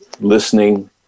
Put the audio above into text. listening